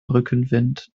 rückenwind